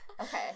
Okay